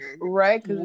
Right